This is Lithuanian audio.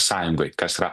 sąjungai kas yra